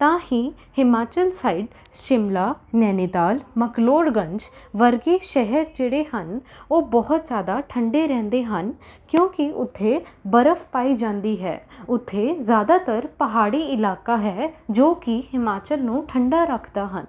ਤਾਂ ਹੀ ਹਿਮਾਚਲ ਸਾਈਡ ਸ਼ਿਮਲਾ ਨੈਨੀਤਾਲ ਮੈਕਲੋਡਗੰਜ ਵਰਗੇ ਸ਼ਹਿਰ ਜਿਹੜੇ ਹਨ ਉਹ ਬਹੁਤ ਜ਼ਿਆਦਾ ਠੰਡੇ ਰਹਿੰਦੇ ਹਨ ਕਿਉਂਕਿ ਉੱਥੇ ਬਰਫ਼ ਪਾਈ ਜਾਂਦੀ ਹੈ ਉੱਥੇ ਜ਼ਿਆਦਾਤਰ ਪਹਾੜੀ ਇਲਾਕਾ ਹੈ ਜੋ ਕਿ ਹਿਮਾਚਲ ਨੂੰ ਠੰਡਾ ਰੱਖਦਾ ਹਨ